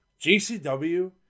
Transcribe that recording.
GCW